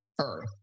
Earth